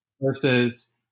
Versus